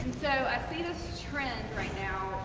so, i see this trend right now